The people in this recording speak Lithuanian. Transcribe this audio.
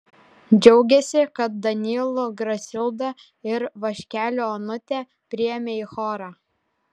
džiaugėsi kad danylų grasildą ir vaškelių onutę priėmė į chorą